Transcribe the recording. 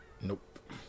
Nope